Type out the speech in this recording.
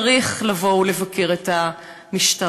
צריך לבוא ולבקר את המשטרה,